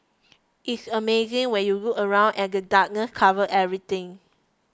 it's amazing when you look around and the darkness covers everything